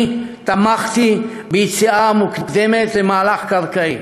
אני תמכתי ביציאה מוקדמת למהלך קרקעי,